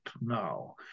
now